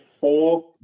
four